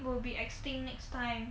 will be extinct next time